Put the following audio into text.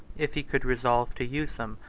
if he could resolve to use them,